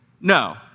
No